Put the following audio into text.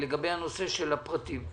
לגבי הנושא של הפרטים.